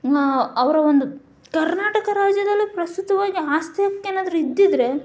ಅವರ ಒಂದು ಕರ್ನಾಟಕ ರಾಜ್ಯದಲ್ಲಿ ಪ್ರಸ್ತುತವಾಗಿ ಆಸ್ತಿ ಹಕ್ಕು ಏನಾದರೂ ಇದ್ದಿದ್ದರೆ